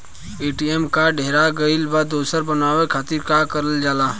ATM card हेरा गइल पर दोसर बनवावे खातिर का करल जाला?